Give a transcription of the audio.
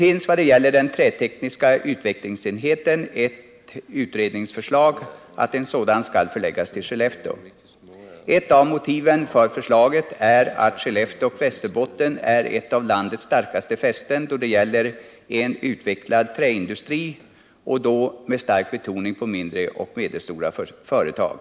I vad gäller den trätekniska utvecklingsenheten finns ett utredningsförslag om att en sådan skall förläggas till Skellefteå. Ett av motiven för förslaget är att Skellefteå och Västerbotten är ett av landets starkaste fästen då det gäller en utvecklad träindustri, med en stark betoning på mindre och medelstora företag.